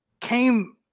came